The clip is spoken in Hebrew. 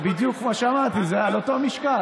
זה בדיוק מה שאמרתי, זה על אותו משקל.